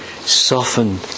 soften